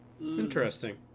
Interesting